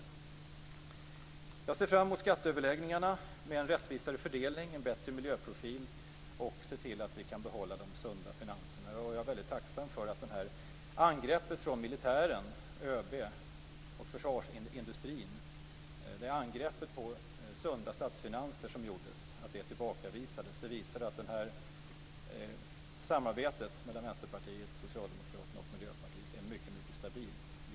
Jag ser fram emot skatteöverläggningarna med en rättvisare fördelning och en bättre miljöprofil. Dessutom måste vi se till att vi kan behålla de sunda finanserna. Jag är mycket tacksam för att det här angreppet från militären, ÖB och försvarsindustrin på sunda statsfinanser tillbakavisades. Det visar att samarbetet mellan Vänsterpartiet, Socialdemokraterna och Miljöpartiet är mycket stabilt.